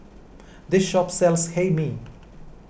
this shop sells Hae Mee